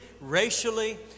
racially